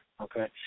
Okay